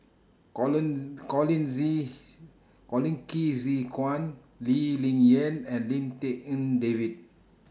Colin Colin Zhe Colin Qi Zhe Quan Lee Ling Yen and Lim Tik En David